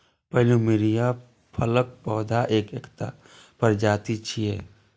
plumeria फूलक पौधा के एकटा प्रजाति छियै